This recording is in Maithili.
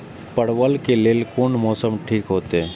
परवल के लेल कोन मौसम ठीक होते?